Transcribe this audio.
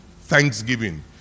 thanksgiving